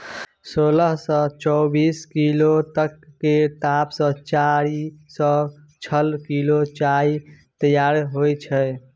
सोलह सँ चौबीस किलो तक केर पात सँ चारि सँ छअ किलो चाय तैयार होइ छै